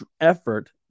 effort